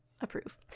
approve